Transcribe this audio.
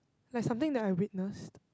like something that I witnessed